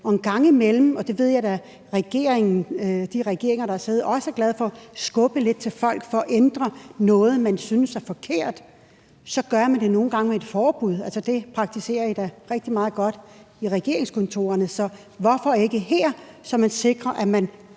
En gang imellem, og det ved jeg da regeringen og de regeringer, der har siddet, også er glade for, skal man skubbe lidt til folk for at ændre noget, man synes er forkert. Så gør man det nogle gange med et forbud, og det praktiserer I da meget godt i regeringskontorerne, så hvorfor ikke her, så man sikrer, at man